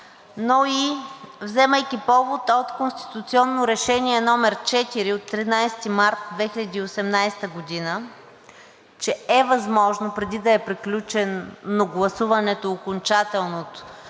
но и вземайки повод от Конституционно решение № 4 от 13 март 2018 г., „че е възможно, преди да е приключено гласуването, окончателното